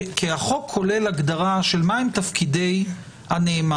כי החוק כולל הגדרה של מה הם תפקידי הנאמן.